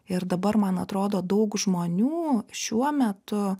ir dabar man atrodo daug žmonių šiuo metu